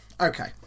Okay